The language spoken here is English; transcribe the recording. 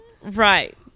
Right